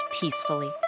peacefully